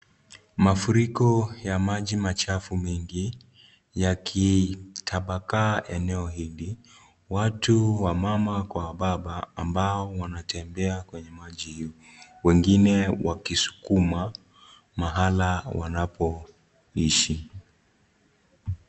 Mafuriko yenye maji machafu mengi yakitapakaa eneo hili. Watu, wamama kwa wababa, amabo wanatembea kwenye maji hio, wengine wakisukuma mahali wanapoishi.